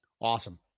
Awesome